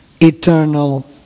eternal